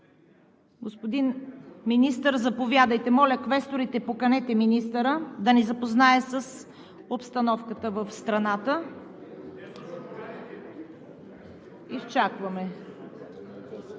Господин Министър, заповядайте. Моля, квесторите, поканете министъра да ни запознае с обстановката в страната! (Реплика